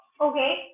okay